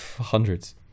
hundreds